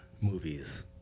movies